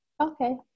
okay